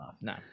No